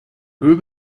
group